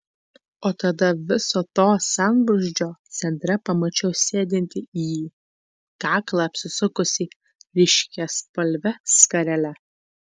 o tada viso to sambrūzdžio centre pamačiau sėdint jį kaklą apsisukusį ryškiaspalve skarele